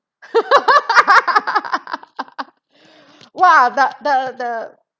!wah! that the the